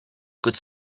could